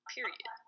Period